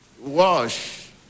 Wash